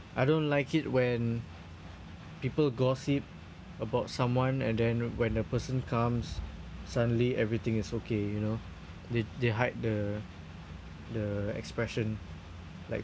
I don't like it when people gossip about someone and then when the person comes suddenly everything is okay you know they they hide the the expression like